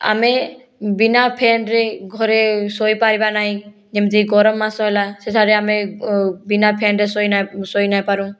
ଆମେ ବିନା ଫ୍ୟାନରେ ଘରେ ଶୋଇପାରିବା ନାହିଁ ଯେମିତି ଗରମ ମାସ ହେଲା ସେଠାରେ ଆମେ ବିନା ଫ୍ୟାନରେ ଆମେ ଶୋଇ ନାଇ ଶୋଇନାପାରୁନ୍